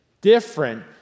different